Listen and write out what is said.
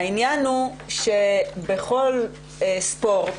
העניין הוא שבכל ספורט,